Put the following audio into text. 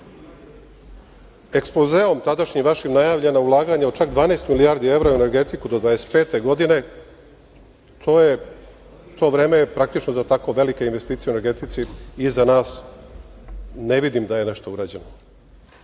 Ekspozeu tadašnjim vašim je najavljeno ulaganje od čak 12 milijardi evra u energetiku do 2025. godine. To vreme je praktično za tako velike investicije iza nas, ne vidim da je nešto urađeno.U